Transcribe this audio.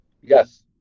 Yes